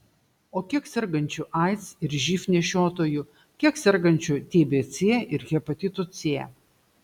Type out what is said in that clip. o kiek sergančių aids ir živ nešiotojų kiek sergančių tbc ir hepatitu c